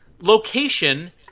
location